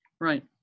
right